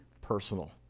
personal